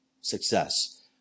success